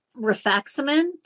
rifaximin